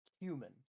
human